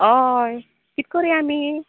हय किते करया आमी